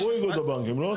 דיברו איגוד הבנקים, לא?